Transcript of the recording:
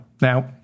Now